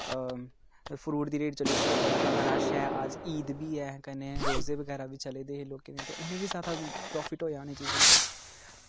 fruit दी रेह्ड़ी चली दी इसलै बड़ा ज्यादा रश ऐ अज्ज ईद बी ऐ कन्नै रोजे बगैरा चला दे लोकें दे ते उ'नेंगी बी ज्यादा प्रोफिट होएआ इ'नें चीज़ें च